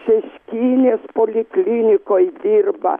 šeškinės poliklinikoj dirba